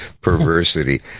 perversity